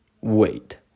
Wait